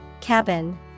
Cabin